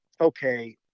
okay